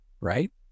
right